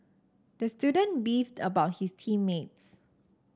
the student beefed about his team mates